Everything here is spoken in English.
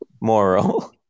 moral